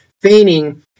feigning